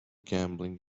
gambling